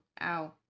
ow